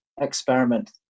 experiment